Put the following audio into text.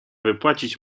wypłacić